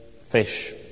fish